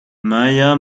mia